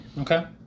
Okay